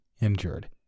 injured